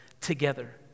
together